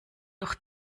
doch